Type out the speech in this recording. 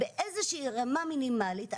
באיזושהי רמה מינימלית,